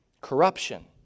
Corruption